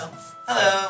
Hello